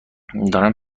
دارم